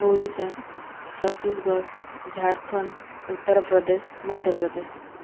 Odisha Chhattisgarh Jharkhand Uttar Pradesh Madhya Pradesh